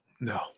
No